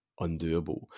undoable